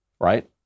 right